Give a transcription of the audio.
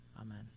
Amen